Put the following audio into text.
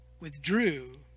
withdrew